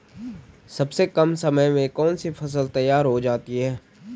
सबसे कम समय में कौन सी फसल तैयार हो जाती है?